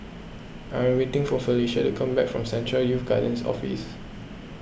I am waiting for Felecia to come back from Central Youth Guidance Office